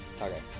Okay